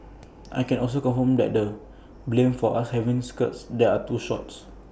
I can also confirm that they blamed us for having skirts that are too short